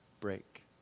break